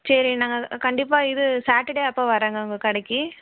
சரி நாங்கள் கண்டிப்பாக இது சாட்டர்டே அப்போ வரேங்க உங்கள் கடைக்கு